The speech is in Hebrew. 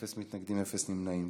אפס מתנגדים, אפס נמנעים.